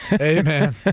Amen